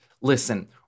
listen